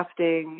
crafting